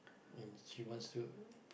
and she wants to